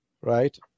right